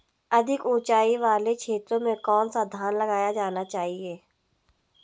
अधिक उँचाई वाले क्षेत्रों में कौन सा धान लगाया जाना चाहिए?